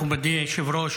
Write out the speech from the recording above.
מכובדי היושב-ראש,